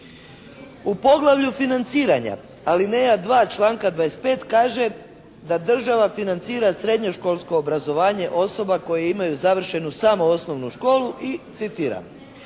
U poglavlju financiranja alineja 2. članka 25. kaže da država financira srednjoškolsko obrazovanje osoba koje imaju završenu samo osnovnu školu i, citiram: